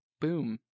Boom